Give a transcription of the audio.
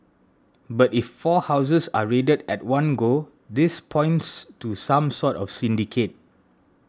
but if four houses are raided at one go this points to some sort of syndicate